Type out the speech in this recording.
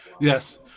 Yes